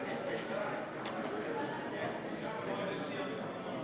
עיתונאים והודיע בה על התפטרותו.